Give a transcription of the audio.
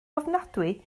ofnadwy